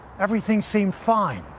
everything seemed fine.